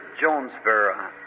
Jonesboro